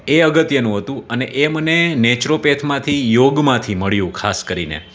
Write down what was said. એ અગત્યનું હતું અને એ મને નેચરોપેથીમાંથી યોગમાંથી મળ્યું ખાસ કરીને